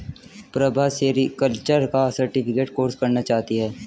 Prabha sericulture का certificate course करना चाहती है